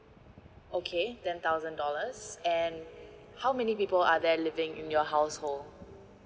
okay ten thousand dollars and how many people are there living in your household